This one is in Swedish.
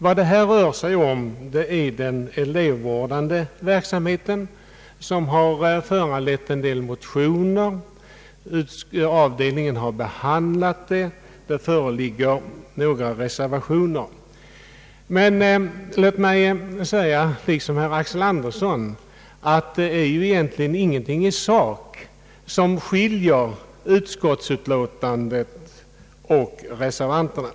Vad det här rör sig om är den elevvårdande verksamheten som har föranlett en del motioner. Avdelningen har behandlat denna fråga. Det föreligger några reservationer. Men låt mig säga, liksom herr Axel Andersson, att det är egentligen ingenting i sak som skiljer utskottsutlåtandet och reservationerna.